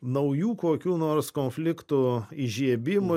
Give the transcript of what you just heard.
naujų kokių nors konfliktų įžiebimų